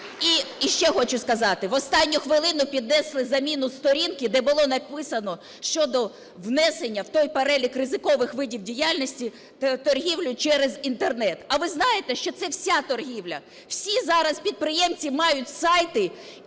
І ще хочу сказати, в останню хвилину піднесли заміну сторінки, де було написано щодо внесення в той перелік ризикових видів діяльності торгівлю через Інтернет. А ви знаєте, що це вся торгівля? Всі зараз підприємці мають сайти,